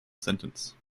sentence